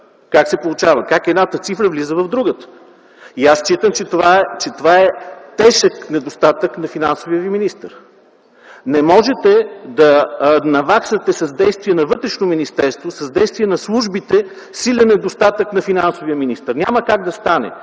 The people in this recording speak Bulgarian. Как се получава? Как едната цифра влиза в другата? Аз считам, че това е тежък недостатък на финансовия ви министър. Не можете да наваксате с действия на Вътрешното министерство, с действия на службите силен недостатък на финансовия министър. Няма как да стане!